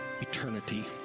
eternity